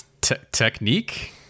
Technique